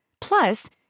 Plus